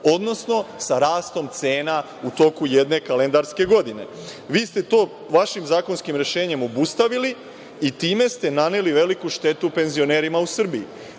odnosno sa rastom cena u toku jedne kalendarske godine. Vi ste to vašim zakonskim rešenjem obustavili i time ste naneli veliku štetu penzionerima u Srbiji.